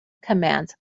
commands